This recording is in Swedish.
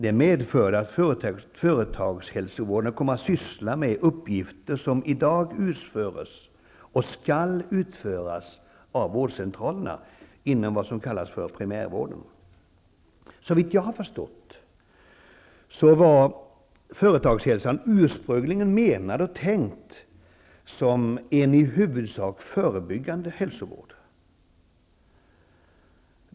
Det medförde att företagshälsovården kom att syssla med uppgifter som i dag utförs och skall utföras av vårdcentralerna inom vad som kallas primärvården. Såvitt jag har förstått var företagshälsovården ursprungligen menad och tänkt som en i huvudsak förebyggande hälsovård.